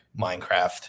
minecraft